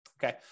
Okay